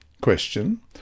question